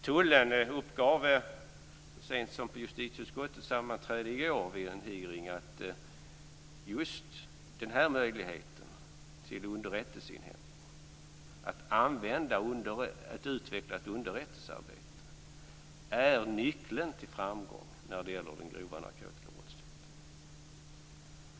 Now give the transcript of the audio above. Tullen uppgav så sent som i går i en hearing vid justitieutskottets sammanträde att just möjligheten till underrättelseinhämtning och att utveckla ett underrättelsearbete är nyckeln till framgång när det gäller den grova narkotikabrottsligheten.